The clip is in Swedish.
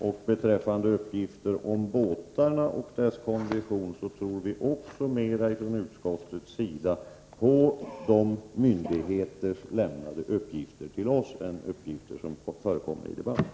Och beträffande uppgifter om båtarna och deras kondition tror vi också inom utskottet mer på de uppgifter som lämnats till oss av myndigheter än på uppgifter som förekommer i debatten.